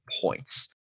points